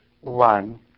one